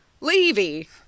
levy